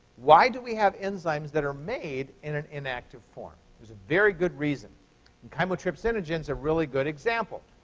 why do we have enzymes that are made in an inactive form? there's a very good reason, and chymotrypsinogen is a really good example.